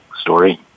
story